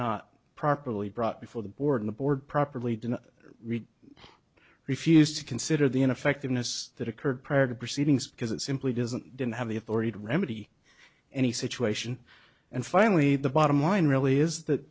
not properly brought before the board the board properly didn't refuse to consider the ineffectiveness that occurred prior to proceedings because it simply doesn't didn't have the authority to remedy any situation and finally the bottom line really is that